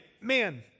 man